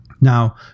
Now